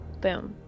boom